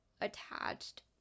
attached